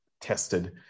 tested